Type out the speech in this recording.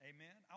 Amen